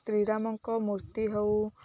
ଶ୍ରୀରାମଙ୍କ ମୂର୍ତ୍ତି ହେଉ